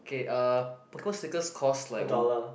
okay uh Pokemon stickers cost like